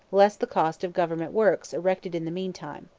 less the cost of government works erected in the meantime.